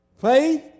Faith